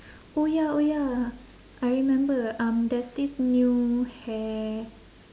oh ya oh ya I remember um there's this new hair